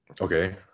Okay